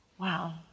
Wow